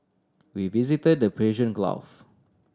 we visited the Persian Gulf